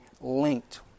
linked